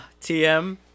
TM